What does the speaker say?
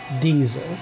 Diesel